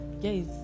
Yes